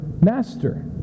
master